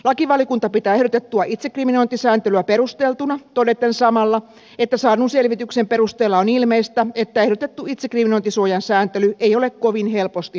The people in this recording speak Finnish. lakivaliokunta pitää ehdotettua itsekriminointisääntelyä perusteltuna todeten samalla että saadun selvityksen perusteella on ilmeistä että ehdotettu itsekriminointisuojan sääntely ei ole kovin helposti hahmottuvaa